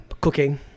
Cooking